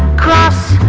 cross